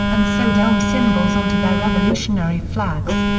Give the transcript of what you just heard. and sewed elm symbols on to their revolutionary flags.